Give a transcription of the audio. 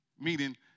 meaning